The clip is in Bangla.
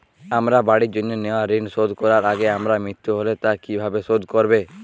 আমার বাড়ির জন্য নেওয়া ঋণ শোধ করার আগে আমার মৃত্যু হলে তা কে কিভাবে শোধ করবে?